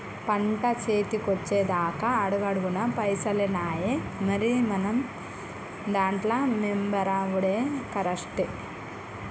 పంట సేతికొచ్చెదాక అడుగడుగున పైసలేనాయె, మరి మనం దాంట్ల మెంబరవుడే కరెస్టు